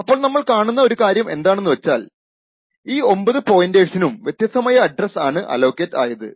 അപ്പോൾ നമ്മൾ കാണുന്ന ഒരു കാര്യം എന്താണെന്നു വച്ചാൽ ഈ 9 പോയിന്റേഴ്സിനും വ്യത്യസ്തമായ അഡ്രസ് ആണ് അലോക്കേറ്റ് ആയത്